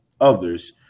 others